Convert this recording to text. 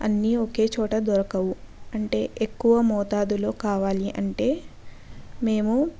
అన్నీ ఒకేచోట దొరకవు అంటే ఎక్కువ మోతాదులో కావాలి అంటే మేము